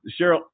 Cheryl